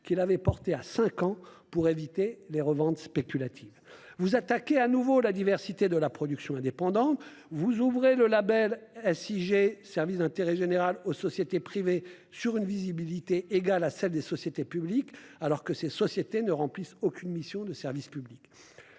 qui l'avait porté à cinq ans pour éviter les reventes spéculatives. Vous attaquez de nouveau la diversité de la production indépendante. Vous ouvrez le label Sieg (services d'intérêt économique général) aux sociétés privées pour une visibilité égale à celle des sociétés publiques, alors qu'elles ne remplissent aucune mission de service public.